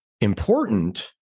important